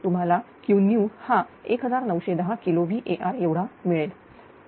तुम्हालाQnew हा 1910 kilo VAr एवढा मिळेल बरोबर